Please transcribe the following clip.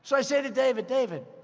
say say to david, david,